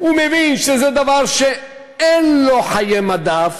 הוא מבין שזה דבר שאין לו חיי מדף.